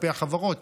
כלפי החברות.